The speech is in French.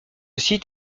site